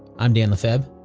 i'm dan lefebvre.